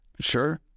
Sure